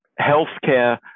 healthcare